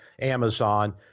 Amazon